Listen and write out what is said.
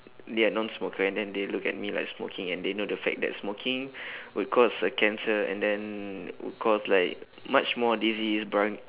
they are nonsmoker and then they look at me like smoking and they know the fact that smoking will cause a cancer and then will cause like much more disease bron~